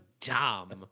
dumb